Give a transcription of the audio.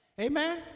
Amen